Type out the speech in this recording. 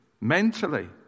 mentally